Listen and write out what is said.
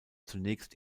zunächst